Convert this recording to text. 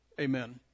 Amen